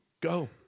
go